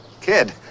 Kid